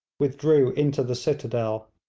withdrew into the citadel.